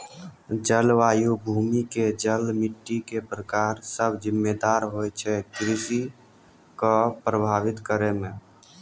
जलवायु, भूमि के जल, मिट्टी के प्रकार सब जिम्मेदार होय छै कृषि कॅ प्रभावित करै मॅ